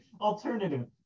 alternative